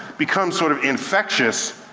becomes sort of infectious,